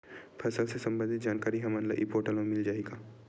फसल ले सम्बंधित जानकारी हमन ल ई पोर्टल म मिल जाही का?